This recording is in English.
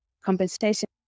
compensation